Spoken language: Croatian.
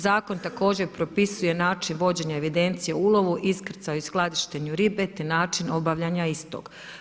Zakon također propisuje način vođenja evidencija u ulovu, iskrcaju i skladištenju ribe, te način obavljanja istog.